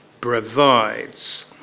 provides